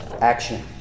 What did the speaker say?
action